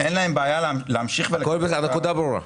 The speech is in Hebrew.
הנקודה ברורה.